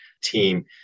team